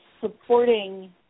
supporting